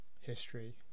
history